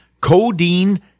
codeine